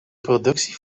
productie